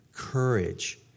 courage